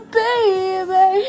baby